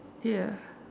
ya